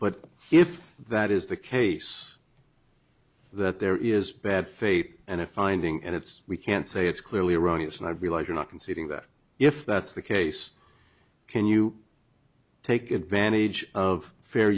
but if that is the case that there is bad faith and a finding and it's we can't say it's clearly erroneous and i realize you're not conceding that if that's the case can you take advantage of fair